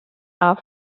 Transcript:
are